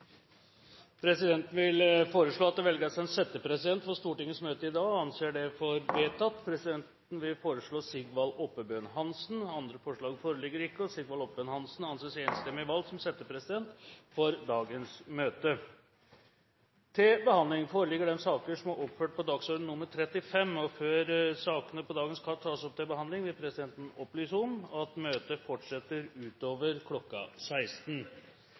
Presidenten vil foreslå at det velges en settepresident for Stortingets møte i dag – og anser det som vedtatt. Presidenten vil foreslå Sigvald Oppebøen Hansen. – Andre forslag foreligger ikke, og Sigvald Oppebøen Hansen anses enstemmig valgt som settepresident for dagens møte. Før sakene på dagens kart tas opp til behandling, vil presidenten opplyse om at møtet fortsetter utover kl. 16.